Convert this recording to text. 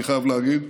אני חייב להגיד.